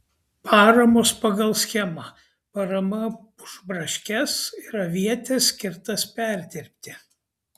paramos pagal schemą parama už braškes ir avietes skirtas perdirbti